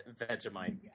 Vegemite